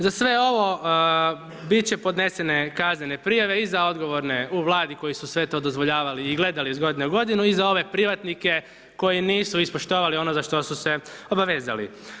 Za sve ovo biti će podnesene kaznene prijave i za odgovorne u Vladi koji su sve to dozvoljavali i gledali iz godine u godinu i za ove privatnike koji nisu ispoštovali ono za što su se obavezali.